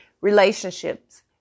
relationships